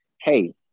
hey